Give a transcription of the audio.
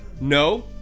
No